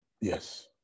yes